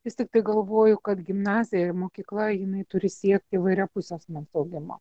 vis tiktai galvoju kad gimnazija ir mokykla jinai turi siekt įvairiapusio asmens augimo